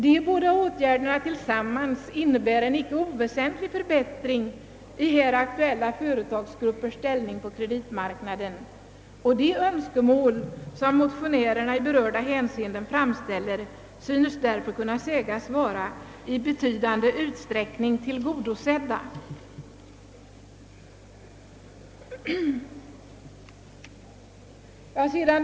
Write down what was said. De båda åtgärderna tillsammans synes innebära icke oväsentlig förbättring i de aktuella företagsgruppernas ställning på kreditmarknaden, menar bankofullmäktige, »och de önskemål som motionärerna i berörda hänseenden framställer synes därför kunna vara i betydande utsträckning tillgodosedda».